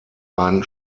ein